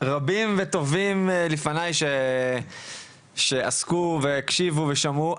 רבים וטובים לפניי שעסקו, הקשיבו ושמעו.